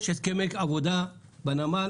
יש הסכמי עבודה בנמל.